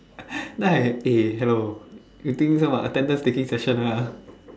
then I eh hello you think this one what attendance taking session ah